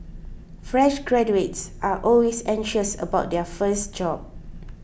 fresh graduates are always anxious about their first job